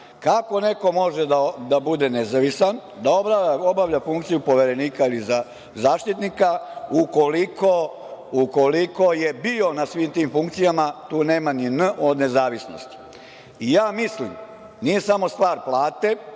Kako neko može da bude nezavisan, da obavlja funkciju Poverenika ili Zaštitnika, ukoliko je bio na svim tim funkcijama? Tu nema ni „n“ od nezavisnosti. Nije samo stvar plate,